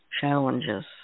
challenges